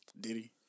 Diddy